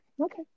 okay